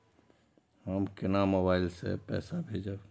हम केना मोबाइल से पैसा भेजब?